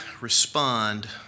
respond